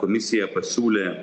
komisija pasiūlė